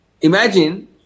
Imagine